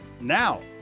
now